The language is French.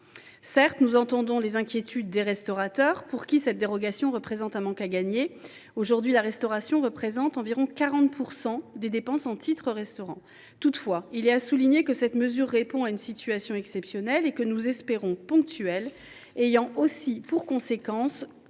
Certes, nous entendons les inquiétudes des restaurateurs, pour qui cette dérogation constitue un manque à gagner. Aujourd’hui, la restauration représente environ 40 % des dépenses en titres restaurant. Toutefois, il est à souligner que cette mesure répond à une situation exceptionnelle, que nous espérons ponctuelle, qui a pour conséquence